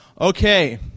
Okay